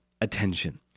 attention